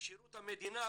משירות המדינה,